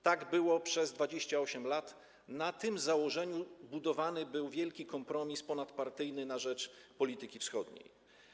Tak było przez 28 lat, na tym założeniu budowany był wielki kompromis ponadpartyjny na rzecz polityki wschodniej.